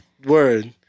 Word